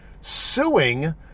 suing